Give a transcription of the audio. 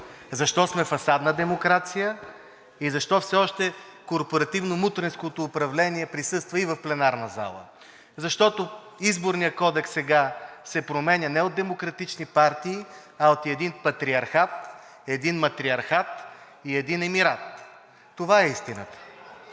защо сме фасадна демокрация и защо все още корпоративно-мутренското управление присъства и в пленарна зала. Защото Изборният кодекс сега се променя не от демократични партии, а от един Патриархат (сочи вдясно), един Матриархат